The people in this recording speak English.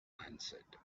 answered